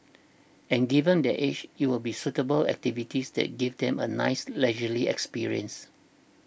and given their age it will be suitable activities that give them a nice leisurely experience